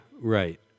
right